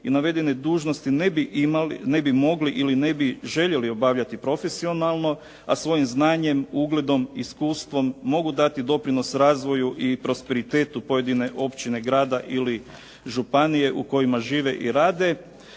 i navedene dužnosti ne bi mogli ili ne bi željeli obavljati profesionalno, a svojim znanjem, ugledom, iskustvom mogu dati doprinos razvoju i prosperitetu pojedine općine, grada ili županije u kojima žive i rade,